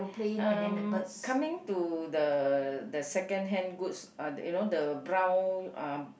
um coming to the the second hand goods uh you know the brown uh